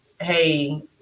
hey